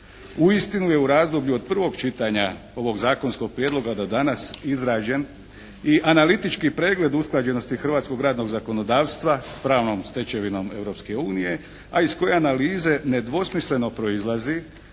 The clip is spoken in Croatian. Uistinu je u razdoblju od prvog čitanja ovog zakonskog prijedloga da danas izrađen i analitički pregled usklađenosti hrvatskog radnog zakonodavstva s pravnom stečevinom Europske unije, a iz koje analize nedvosmisleno proizlazi